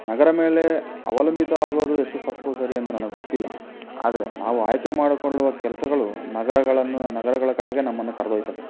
ನಗರ ಮೇಲೆ ಅವಲಂಬಿತ ಆಗೋದು ಎಷ್ಟು ತಪ್ಪು ಸರಿ ಅಂತ ನನಗೆ ಗೊತ್ತಿಲ್ಲ ಆದರೆ ನಾವು ಆಯ್ಕೆ ಮಾಡಿಕೊಳ್ಳುವ ಕೆಲಸಗಳು ನಗರಗಳನ್ನು ನಗರಗಳ ಕಡೆಗೆ ನಮ್ಮನ್ನು ಕರೆದೊಯ್ತವೆ